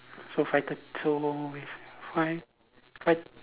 so five thirt~ so five five